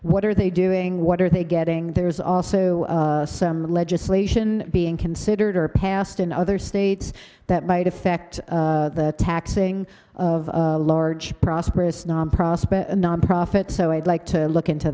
what are they doing what are they getting there's also some legislation being considered or passed in other states that might affect the taxing of a large prosperous nonprofit nonprofit so i'd like to look into